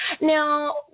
Now